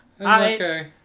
okay